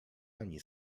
ani